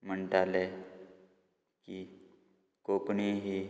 म्हणटाले की कोंकणी ही